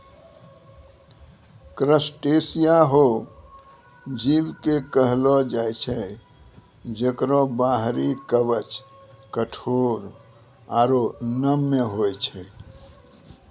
crustacea हो जीव कॅ कहलो जाय छै जेकरो बाहरी कवच कठोर आरो नम्य होय छै